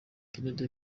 kennedy